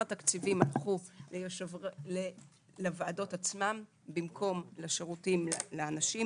התקציבים לוועדות עצמן במקום לשירותים לאנשים.